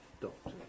doctor